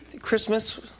Christmas